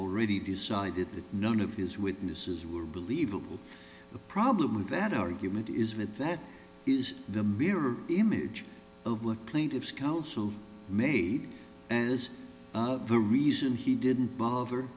already decided that none of these witnesses were believable the problem with that argument is that that is the mirror image of what plaintiff's counsel made and is the reason he didn't bother